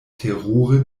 terure